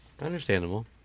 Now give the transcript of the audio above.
Understandable